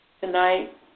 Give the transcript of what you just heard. Tonight